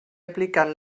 aplicant